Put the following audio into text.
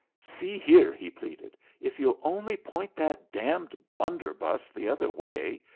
see here! he pleaded, if you'll only point that damned blunderbuss the other way,